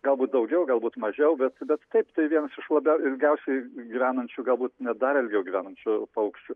galbūt daugiau galbūt mažiau bet bet taip tai vienas iš labiau ilgiausiai gyvenančių galbūt net dar ilgiau gyvenančių paukščių